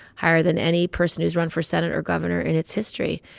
higher than any person who's run for senate or governor in its history.